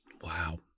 Wow